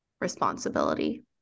responsibility